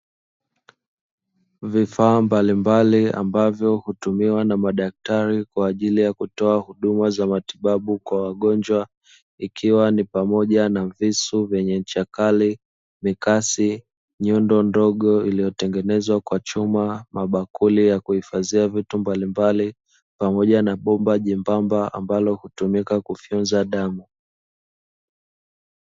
Vifaa mbalimbali ambavyo hutumiwa na madaktari kwa ajili ya kutoa huduma za matibabu kwa wagonjwa, ikiwa ni pamoja na: visu vyenye ncha kali, mikasi, nyundo ndogo iliyotengenezwa kwa chuma, mabakuli ya kuhifadhia vitu mbalimbali pamoja na bomba jembamba ambalo hutumika kufyonza damu.